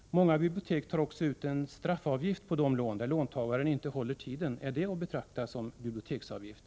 Många bibliotek tar också ut en straffavgift på lånen om låntagaren inte håller tiden. Är det att betrakta som biblioteksavgift?